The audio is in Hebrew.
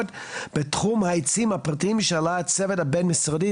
בתחום העצים הפרטיים שהעלה הצוות הבין-משרדי.